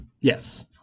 Yes